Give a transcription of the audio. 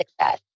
success